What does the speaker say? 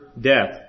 death